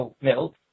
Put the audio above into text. Milk